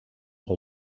leur